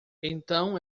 então